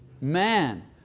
man